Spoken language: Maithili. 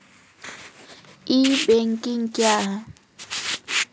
ई बैंकिंग क्या हैं?